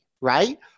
right